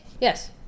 Yes